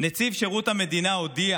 נציב שירות המדינה הודיע